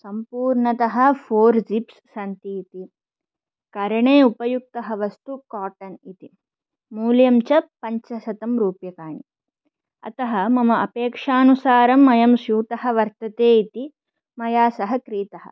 सम्पूर्णतः four zips सन्ति इति करणे उपयुक्तः वस्तु कोटन् इति मूल्यं च पञ्चशतं रूप्यकाणि अतः मम अपेक्षानुसारम् अयं स्यूतः वर्तते इति मया सः क्रीतः